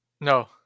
No